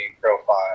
profile